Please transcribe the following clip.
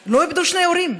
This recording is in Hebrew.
לא איבדו שני הורים,